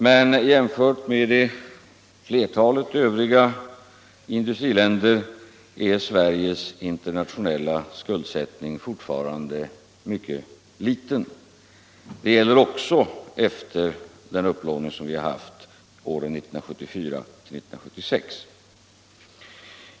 Men jämfört med flertalet övriga industriländer har Sverige fortfarande en internationell skuldsättning som är mycket liten. Det gäller också efter den upplåning som vi haft åren 1974-1976.